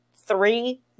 three